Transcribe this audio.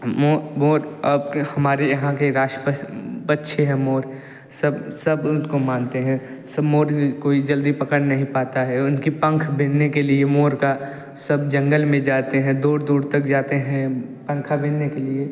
मोर मोर आपके हमारे यहाँ के राष्ट्र पक्षी हैं मोर सब सब उसको मानते हैं सब मोर जी कोई जल्दी पकड़ नहीं पाता है उनके पंख बीनने के लिए मोर का सब जंगल में जाते हैं दूर दूर तक जाते हैं पंख बीनने के लिए